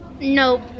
Nope